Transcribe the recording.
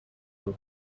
her